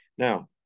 Now